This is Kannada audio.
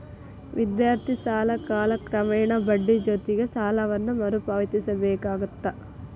ವಿದ್ಯಾರ್ಥಿ ಸಾಲ ಕಾಲಕ್ರಮೇಣ ಬಡ್ಡಿ ಜೊತಿಗಿ ಸಾಲವನ್ನ ಮರುಪಾವತಿಸಬೇಕಾಗತ್ತ